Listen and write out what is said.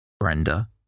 Brenda